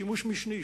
שימוש משני,